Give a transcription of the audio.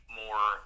more